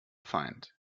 find